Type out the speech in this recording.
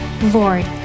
Lord